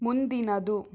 ಮುಂದಿನದು